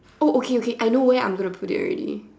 oh okay okay I know where I'm going to put it already